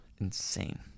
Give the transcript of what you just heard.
insane